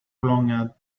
longer